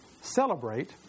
celebrate